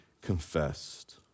confessed